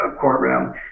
courtroom